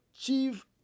chief